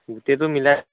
গোটেইটো মিলাই